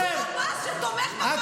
שתומך בחמאס,